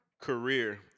career –